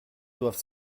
doivent